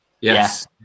yes